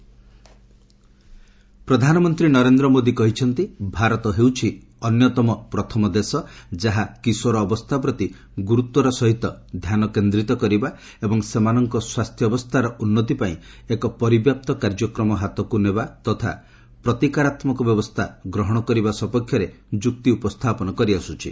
PM partners forum ପ୍ରଧାନମନ୍ତ୍ରୀ ନରେନ୍ଦ୍ର ମୋଦି କହିଛନ୍ତି ଭାରତ ହେଉଛି ଅନ୍ୟତମ ପ୍ରଥମ ଦେଶ ଯାହା କିଶୋର ଅବସ୍ଥା ପ୍ରତି ଗୁରୁତର ସହିତ ଧ୍ୟାନ କେନ୍ଦ୍ରୀତ କରିବା ଏବଂ ସେମାନଙ୍କ ସ୍ୱାସ୍ଥ୍ୟାବସ୍ଥାର ଉନ୍ନତି ପାଇଁ ଏକ ପରିବ୍ୟାପ୍ତ କାର୍ଯ୍ୟକ୍ରମ ହାତକୁ ନେବା ତଥା ପ୍ରତିକାରାତ୍ମକ ବ୍ୟବସ୍ଥା ଗ୍ରହଣ କରିବା ସପକ୍ଷରେ ଯୁକ୍ତି ଉପସ୍ଥାପନ କରିଆସୁଛି